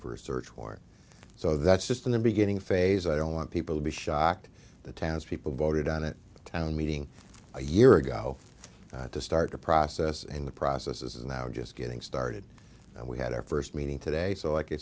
for a search warrant so that's just in the beginning phase i don't want people to be shocked the townspeople voted on it town meeting a year ago to start the process and the process is now just getting started and we had our first meeting today so